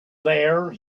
there